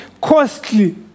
costly